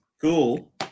Cool